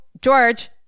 George